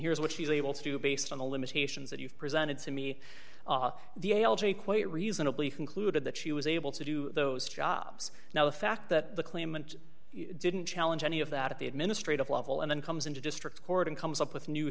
here's what she's able to do based on the limitations that you've presented to me the algae quite reasonably concluded that she was able to do those jobs now the fact that the claimant didn't challenge any of that at the administrative level and then comes into district court and comes up with new